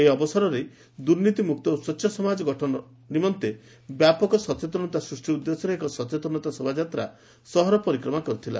ଏହି ଅବସରରେ ଦୁର୍ନୀତିମୁକ୍ତ ଓ ସ୍ୱ ସମାଜ ଗଠନ ପ୍ରତିଷ୍ଖା ନିମନ୍ତେ ବ୍ୟାପକ ସଚେତନତା ସୂଷ୍ ଉଦ୍ଦେଶ୍ୟରେ ଏକ ସଚେତନତା ଶୋଭାଯାତ୍ରା ସହର ପରିକ୍ରମା କରିଥିଲ